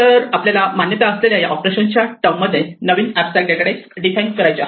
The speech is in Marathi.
तर आपल्याला मान्यता असलेल्या या ऑपरेशन च्या टर्म मध्ये नवीन एबस्ट्रॅक्ट डेटा टाईप्स डिफाइन करायचे आहेत